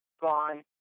Gone